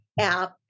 app